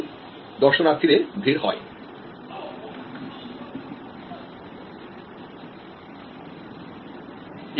এবং এটি একটি খুব আকর্ষণীয় পরিষেবার পেশা যেখানে কিউরিং থিওরি এবং ইন্ডাস্ট্রিয়াল ইঞ্জিনিয়ারিং প্র্যাকটিস করে উচ্চস্তরের তীর্থযাত্রী এবং জনসাধারণের সুবিধা তৈরি করা হয়েছে